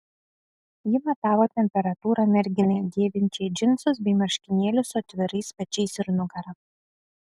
ji matavo temperatūrą merginai dėvinčiai džinsus bei marškinėlius su atvirais pečiais ir nugara